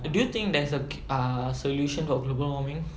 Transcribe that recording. do you think there's err a solution for global warming